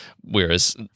Whereas